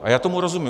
A já tomu rozumím.